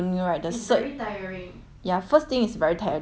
ya first thing it's very tiring second thing is the cert is different